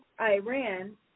Iran